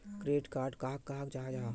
Credit card कहाक कहाल जाहा जाहा?